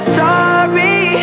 sorry